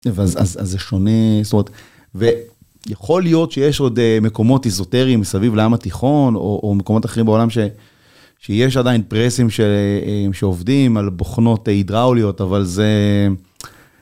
אז זה שונה, זאת אומרת, ויכול להיות שיש עוד מקומות איזוטריים מסביב לעם התיכון, או מקומות אחרים בעולם שיש עדיין פרסים שעובדים על בוכנות הידראוליות, אבל זה...